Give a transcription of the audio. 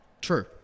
True